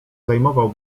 zajmował